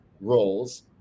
roles